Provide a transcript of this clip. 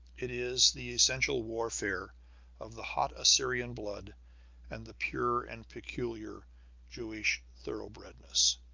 it is the essential warfare of the hot assyrian blood and the pure and peculiar jewish thoroughbredness.